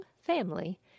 family